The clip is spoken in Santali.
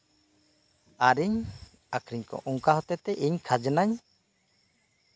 ᱟᱨᱤᱧ ᱟᱠᱷᱨᱤᱧ ᱠᱚᱣᱟ ᱚᱱᱠᱟ ᱦᱚᱛᱮᱡ ᱛᱮ ᱤᱧ ᱠᱷᱟᱡᱱᱟᱧ